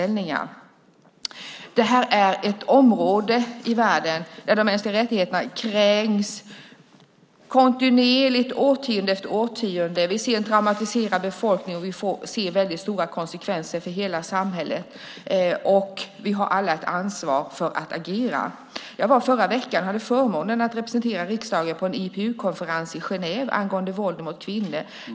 Det här är ett område i världen där de mänskliga rättigheterna kränks kontinuerligt årtionde efter årtionde. Vi ser en traumatiserad befolkning och väldigt stora konsekvenser för hela samhället. Vi har alla ett ansvar att agera. Förra veckan hade jag förmånen att representera riksdagen på en IPU-konferens i Genève angående våld mot kvinnor.